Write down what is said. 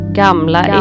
gamla